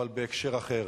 אבל בהקשר אחר.